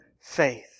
faith